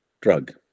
drug